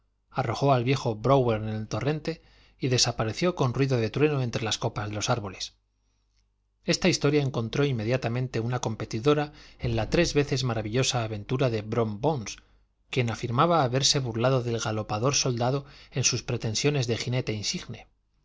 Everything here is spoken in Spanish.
arrojó al viejo bróuwer en el torrente y desapareció con ruido de trueno entre las copas de los árboles esta historia encontró inmediatamente una competidora en la tres veces maravillosa aventura de brom bones quien afirmaba haberse burlado del galopador soldado en sus pretensiones de jinete insigne